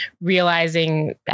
realizing